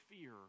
fear